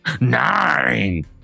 Nine